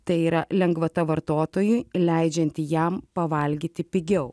tai yra lengvata vartotojui leidžianti jam pavalgyti pigiau